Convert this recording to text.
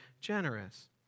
generous